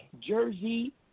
Jersey